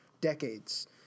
decades